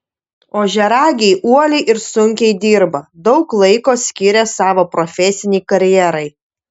ožiaragiai uoliai ir sunkiai dirba daug laiko skiria savo profesinei karjerai